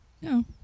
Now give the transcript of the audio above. No